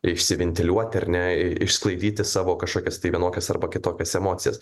išsiventiliuoti išsklaidyti savo kažkokias tai vienokias arba kitokias emocijas